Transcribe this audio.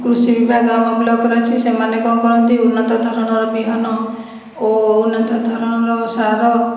କୃଷି ବିଭାଗ ଆମ ବ୍ଲକରେ ଅଛି ସେମାନେ କ'ଣ କରନ୍ତି ଉନ୍ନତଧରଣର ବିହନ ଓ ଉନ୍ନତଧରଣର ସାର